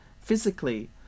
physically